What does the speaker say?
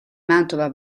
mantova